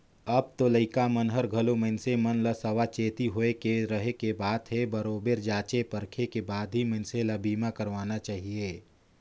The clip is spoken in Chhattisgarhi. अब तो लइका मन हर घलो मइनसे मन ल सावाचेती होय के रहें के बात हे बरोबर जॉचे परखे के बाद ही मइनसे ल बीमा करवाना चाहिये